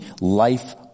life